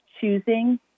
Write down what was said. choosing